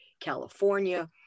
California